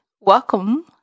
welcome